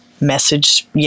message –